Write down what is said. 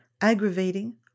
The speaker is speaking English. aggravating